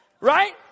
Right